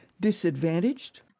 disadvantaged